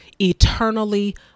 eternally